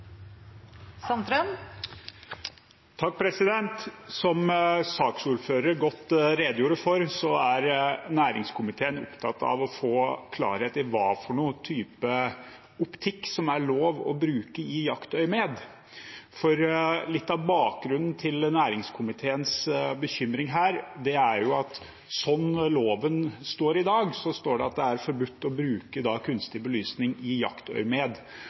næringskomiteen opptatt av å få klarhet i hvilken type optikk som er lov å bruke i jaktøyemed. Litt av bakgrunnen for næringskomiteens bekymring her er at slik loven er formulert i dag, står det at det er forbudt å bruke kunstig belysning i jaktøyemed. Med